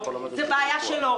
זה בעיה שלו.